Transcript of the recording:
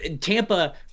Tampa